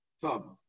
thumb